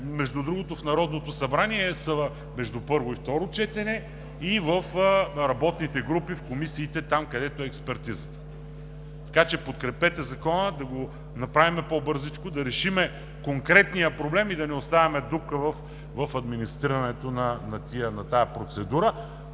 между другото, в Народното събрание са между първо и второ четене, както и в работните групи, в комисиите, там, където е експертизата. Подкрепете Законопроекта, да решим конкретния проблем и да не оставаме дупка в администрирането на тази процедура,